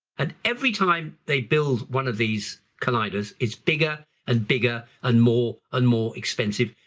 and every time they build one of these colliders, it's bigger and bigger and more and more expensive,